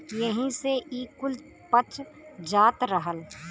एही से ई कुल पच जात रहल